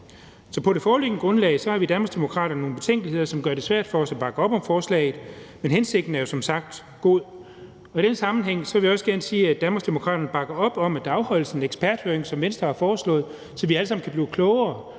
på det foreliggende grundlag har vi i Danmarksdemokraterne nogle betænkeligheder, som gør det svært for os at bakke op om forslaget, men hensigten er jo som sagt god. I den sammenhæng vil jeg også gerne sige, at Danmarksdemokraterne bakker op om, at der afholdes en eksperthøring, som Venstre har foreslået, så vi alle sammen kan blive klogere